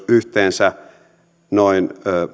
yhteensä noin